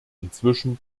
inzwischen